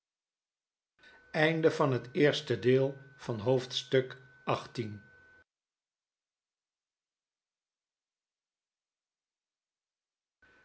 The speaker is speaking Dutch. onderwerp van het gesprek haar van het